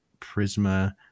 Prisma